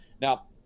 now